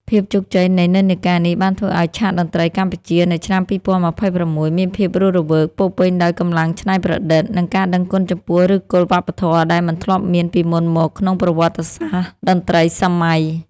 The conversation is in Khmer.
ភាពជោគជ័យនៃនិន្នាការនេះ បានធ្វើឱ្យឆាកតន្ត្រីកម្ពុជានៅឆ្នាំ ២០២៦ មានភាពរស់រវើក ពោរពេញដោយកម្លាំងច្នៃប្រឌិត និងការដឹងគុណចំពោះឫសគល់វប្បធម៌ដែលមិនធ្លាប់មានពីមុនមកក្នុងប្រវត្តិសាស្ត្រតន្ត្រីសម័យ។